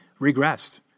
regressed